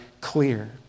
clear